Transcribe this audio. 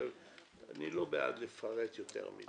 אני לא בעד לפרט יותר מדי.